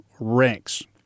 ranks